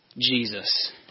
Jesus